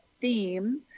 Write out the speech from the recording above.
theme